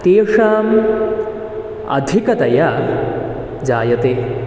तेषाम् अधिकतया जायते